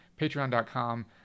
patreon.com